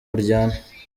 buryana